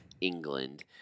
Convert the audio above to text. England